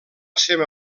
seva